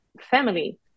family